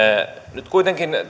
nyt kuitenkin